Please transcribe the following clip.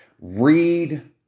Read